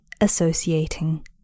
associating